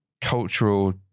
cultural